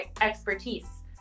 expertise